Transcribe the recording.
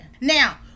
Now